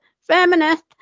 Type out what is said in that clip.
feminist